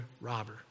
robber